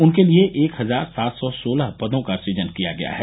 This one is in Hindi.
उनके लिये एक हजार सात सौ सोलह पदों का सुजन किया गया है